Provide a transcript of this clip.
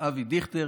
אבי דיכטר,